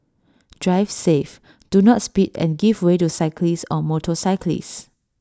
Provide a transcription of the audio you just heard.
drive safe do not speed and give way to cyclists or motorcyclists